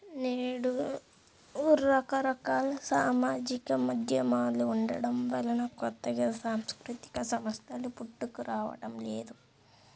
నేడు రకరకాల సామాజిక మాధ్యమాలు ఉండటం వలన కొత్తగా సాంస్కృతిక సంస్థలు పుట్టుకురావడం లేదు